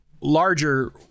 Larger